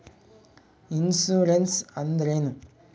Insurance ಅಂದ್ರೇನು?